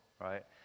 right